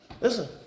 listen